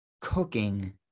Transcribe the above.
cooking